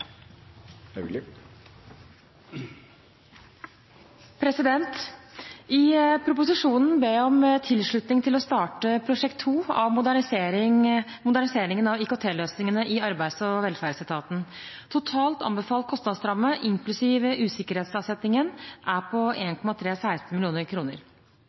gjennomført. I proposisjonen ber jeg om tilslutning til å starte Prosjekt 2 av moderniseringen av IKT-løsningene i Arbeids- og velferdsetaten. Totalt anbefalt kostnadsramme inklusiv usikkerhetsavsetning er på